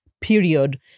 Period